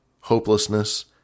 hopelessness